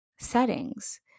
settings